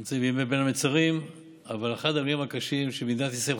אנחנו נמצאים בימי בין המצרים אבל אחד הרגעים הקשים שמדינת ישראל חווה.